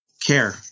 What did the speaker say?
care